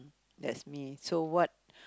that's me so what